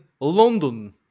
london